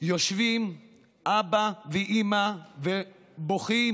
יושבים אבא ואימא ובוכים